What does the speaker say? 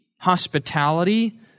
hospitality